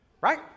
right